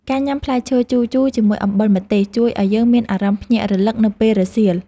ការញ៉ាំផ្លែឈើជូរៗជាមួយអំបិលម្ទេស ជួយឱ្យយើងមានអារម្មណ៍ភ្ញាក់រលឹកនៅពេលរសៀល។